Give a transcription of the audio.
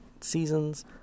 Seasons